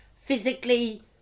physically